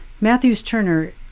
Matthews-Turner